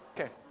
Okay